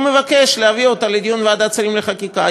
הוא לבקש להביא אותה לדיון בוועדת שרים לחקיקה.